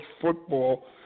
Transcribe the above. football